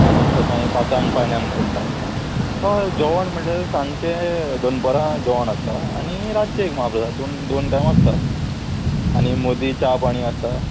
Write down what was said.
आमी सकाळी पांचांक पायण्यान घालता हय जेवण म्हणल्यार सांचे दोनपरां जेवण आसता आनी रातचें एक म्हाप्रसाद आसा दोन दोन टायम आसता आनी मोदी च्या पाणी आसता